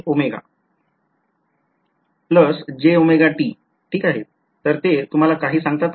ठीक आहे तर ते तुम्हाला काही सांगतात का